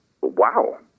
wow